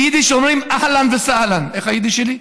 ביידיש אומרים: אהלן וסהלן, איך היידיש שלי?